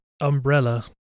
umbrella